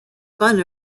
fun